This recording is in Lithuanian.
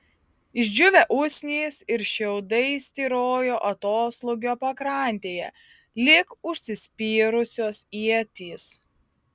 išdžiūvę usnys ir šiaudai styrojo atoslūgio pakrantėje lyg užsispyrusios ietys